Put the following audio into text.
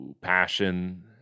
passion